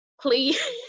please